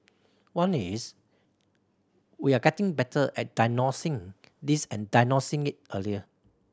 one is we are getting better at diagnosing this and diagnosing it earlier